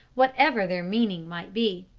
whatever their meaning might be.